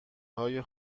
های